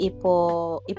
Ipo